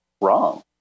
wrong